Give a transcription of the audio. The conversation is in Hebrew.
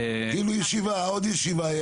כאילו, עוד ישיבה.